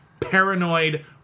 paranoid